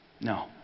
no